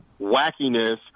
wackiness